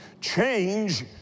change